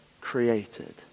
created